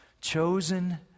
chosen